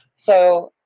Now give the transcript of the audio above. so,